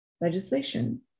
legislation